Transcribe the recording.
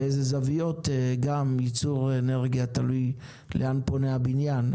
בזוויות, ייצור אנרגיה, בתלות לאן פונה הבניין.